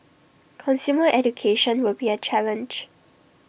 consumer education will be A challenge